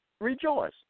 rejoice